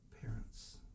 parents